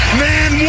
man